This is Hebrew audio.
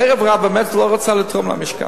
הערב-רב באמת לא רצה לתרום למשכן.